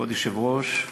כבוד היושב-ראש,